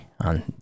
on